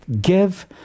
give